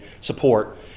support